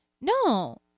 no